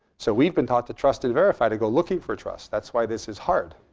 so we've been taught to trust and verify to go looking for trust. that's why this is hard.